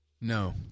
No